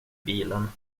bilen